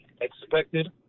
expected